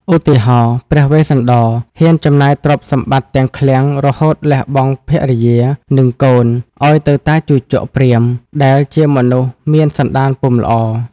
ឧទាហរណ៍ ព្រះវេស្សន្ដរហ៊ានចំណាយទ្រព្យសម្បត្តិទាំងឃ្លាំង រហូតលះបង់ភរិយា និងកូន ឱ្យទៅតាជូជកព្រាហ្មណ៍ ដែលជាមនុស្សមានសន្តានពុំល្អ។